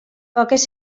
poques